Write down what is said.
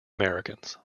americans